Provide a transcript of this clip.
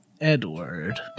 Edward